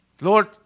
Lord